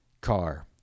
car